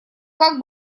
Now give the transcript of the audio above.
как